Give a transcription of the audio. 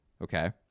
okay